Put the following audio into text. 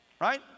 Right